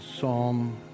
Psalm